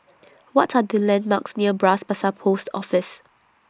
What Are The landmarks near Bras Basah Post Office